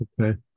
Okay